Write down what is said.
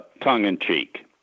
tongue-in-cheek